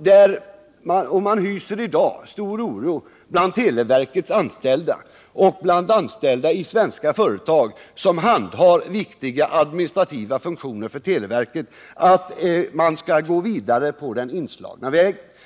Det råder i dag stor oro bland televerkets anställda och bland anställda i svenska företag, som handhar viktiga administrativa funktioner för televerket, att man skall gå vidare på den inslagna vägen.